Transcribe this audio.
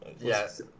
Yes